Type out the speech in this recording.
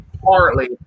Partly